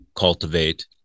Cultivate